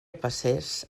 passés